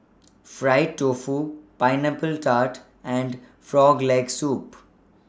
Fried Tofu Pineapple Tart and Frog Leg Soup